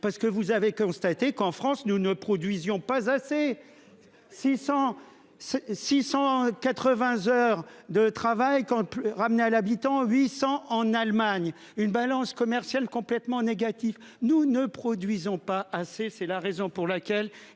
parce que vous avez constaté qu'en France nous ne produisions. Pas assez. 600. 680 heures de travail quand. À l'habitant, 800 en Allemagne, une balance commerciale complètement négatif. Nous ne produisons. Pas assez. C'est la raison pour laquelle